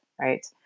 right